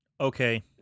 Okay